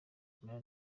kumera